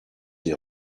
des